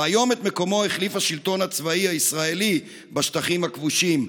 והיום את מקומו החליף השלטון הצבאי הישראלי בשטחים הכבושים,